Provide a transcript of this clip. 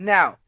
Now